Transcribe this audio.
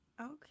Okay